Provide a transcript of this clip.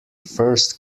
first